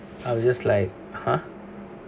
I was just like ha